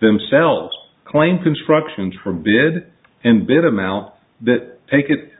themselves claim constructions for bid and bid amount that take it